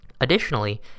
Additionally